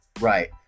right